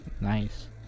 Nice